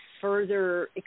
further